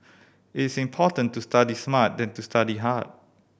it is important to study smart than to study hard